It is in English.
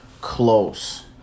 close